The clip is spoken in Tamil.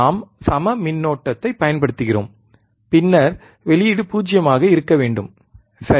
நாம் சம மின்னோட்டத்தைப் பயன்படுத்துகிறோம் பின்னர் வெளியீடு 0 ஆக இருக்க வேண்டும் சரி